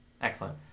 Excellent